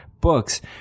books